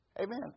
Amen